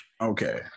okay